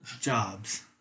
Jobs